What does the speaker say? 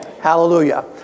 Hallelujah